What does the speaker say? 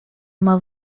uma